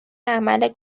عمل